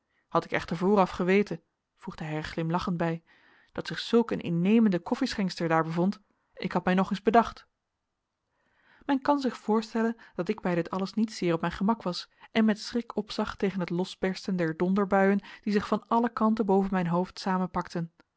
had ik echter vooraf geweten voegde hij er glimlachend bij dat zich zulk een innemende koffieschenkster daar bevond ik had mij nog eens bedacht men kan zich voorstellen dat ik bij dit alles niet zeer op mijn gemak was en met schrik opzag tegen het losbersten der donderbuien die zich van alle kanten boven mijn hoofd